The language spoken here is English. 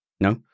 No